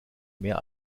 mehr